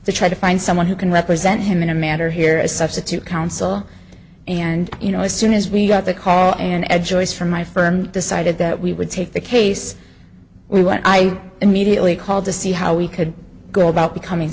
to try to find someone who can represent him in a matter here as substitute counsel and you know as soon as we got the call an edge or is from my firm decided that we would take the case we want i immediately called to see how we could go about becoming